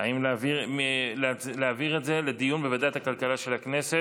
להעביר את זה לדיון בוועדת הכלכלה של הכנסת?